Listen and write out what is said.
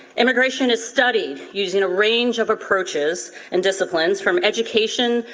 immigration is studied using a range of approaches and disciplines from education,